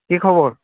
কি খবৰ